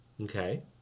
Okay